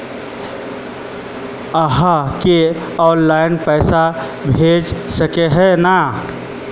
आहाँ के ऑनलाइन पैसा भेज सके है नय?